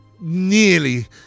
nearly